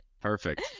Perfect